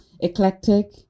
eclectic